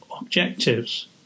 objectives